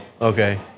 Okay